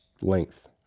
length